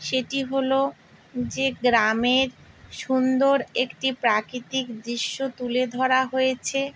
সেটি হলো যে গ্রামের সুন্দর একটি প্রাকৃতিক দৃশ্য তুলে ধরা হয়েছে